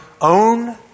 own